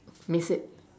miss it